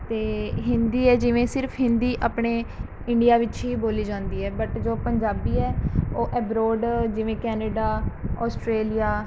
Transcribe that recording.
ਅਤੇ ਹਿੰਦੀ ਹੈ ਜਿਵੇਂ ਸਿਰਫ ਹਿੰਦੀ ਆਪਣੇ ਇੰਡੀਆ ਵਿੱਚ ਹੀ ਬੋਲੀ ਜਾਂਦੀ ਹੈ ਬਟ ਜੋ ਪੰਜਾਬੀ ਹੈ ਉਹ ਐਬਰੋਡ ਜਿਵੇਂ ਕੈਨੇਡਾ ਆਸਟ੍ਰੇਲੀਆ